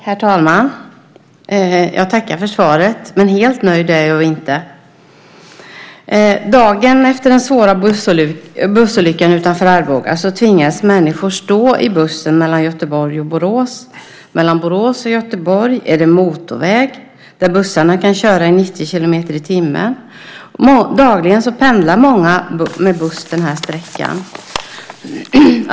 Herr talman! Jag tackar för svaret, men helt nöjd är jag inte. Dagen efter den svåra bussolyckan utanför Arboga tvingades människor stå i bussen mellan Göteborg och Borås. Mellan Borås och Göteborg är det motorväg, där bussarna kan köra i 90 kilometer i timmen. Dagligen pendlar många den här sträckan med buss.